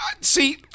See